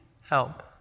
help